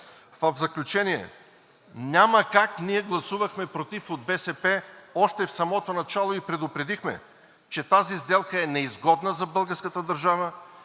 В заключение. Ние от БСП гласувахме против още от самото начало и предупредихме, че тази сделка е неизгодна за българската държава,